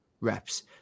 reps